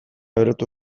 berotu